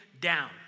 down